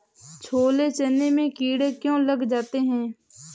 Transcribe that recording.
छोले चने में कीड़े क्यो लग जाते हैं?